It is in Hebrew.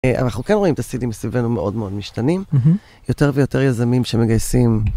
אנחנו כן רואים את הסידים סביבנו מאוד מאוד משתנים, יותר ויותר יזמים שמגייסים.